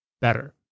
better